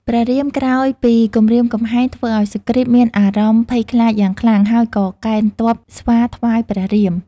ព្រះរាមក្រោយពីគំរាមកំហែង ធ្វើឲ្យសុគ្រីតមានអារម្មណ៍ភ័យខ្លាចយ៉ាងខ្លាំង ហើយក៏កេណ្ឌទ័ពស្វាថ្វាយព្រះរាម។